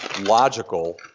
logical